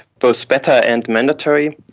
both better and mandatory.